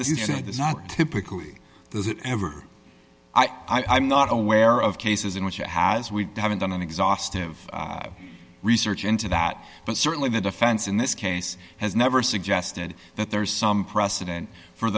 is not typically does it ever i'm not aware of cases in which it has we haven't done an exhaustive research into that but certainly the defense in this case has never suggested that there is some precedent for